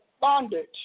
bondage